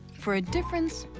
for a difference.